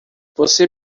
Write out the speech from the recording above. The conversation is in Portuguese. você